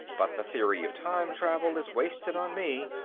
but the theory of time-travel is wasted on me.